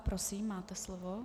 Prosím, máte slovo.